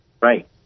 Right